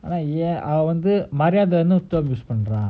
ஆனாஏன்அவவந்துமரியாதைஇல்லனு:aana yen ava vandhu mariyadhai illanu wish பண்ணறான்:pannran